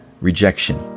rejection